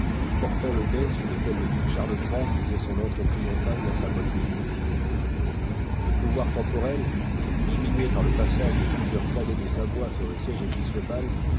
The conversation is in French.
portant le dais sous lequel le duc charles iii faisait son entrée triomphale dans sa bonne ville le pouvoir temporel diminué par le passage de plusieurs cadets de savoie sur le siège épiscopal